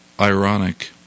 ironic